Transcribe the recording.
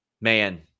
man